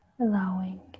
Allowing